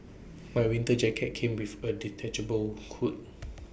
my winter jacket came with A detachable hood